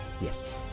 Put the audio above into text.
Yes